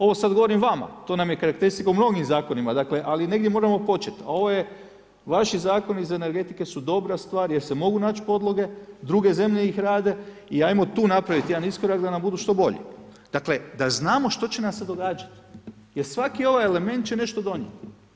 Ovo sada govorim vama to nam je karakteristika u mnogim zakonima, ali negdje moramo počet, a ovo je vaši zakoni su energetike su dobra stvar jer se mogu naći podloge, druge zemlje ih rade i ajmo tu napraviti jedan iskorak da nam budu što bolji, da znamo što će nam se događati jer svaki ovaj element će nešto donijet.